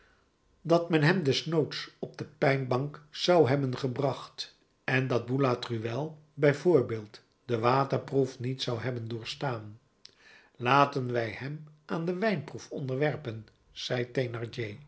dat men hem desnoods op de pijnbank zou hebben gebracht en dat boulatruelle bij voorbeeld de waterproef niet zou hebben doorstaan laten wij hem aan de wijnproef onderwerpen zei